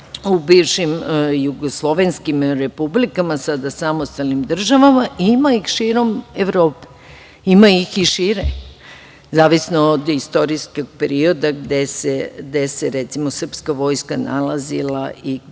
u bivšim jugoslovenskim republikama, sada samostalnim država, i ima ih širom Evrope, ima ih i šire, zavisno od istorijskog perioda, gde se recimo srpska vojska nalazila i gde